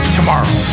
Tomorrow